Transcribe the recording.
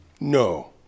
No